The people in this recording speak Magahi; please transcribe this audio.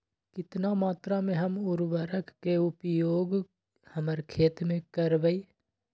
कितना मात्रा में हम उर्वरक के उपयोग हमर खेत में करबई?